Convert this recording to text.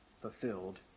fulfilled